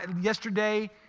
Yesterday